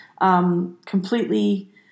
completely